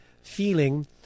feeling